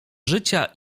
życia